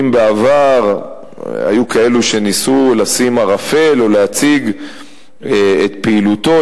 אם בעבר היו כאלה שניסו לשים ערפל או להציג את פעילותו,